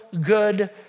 good